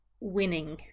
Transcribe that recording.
winning